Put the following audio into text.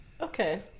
Okay